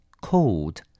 cold